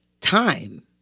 time